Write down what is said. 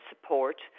support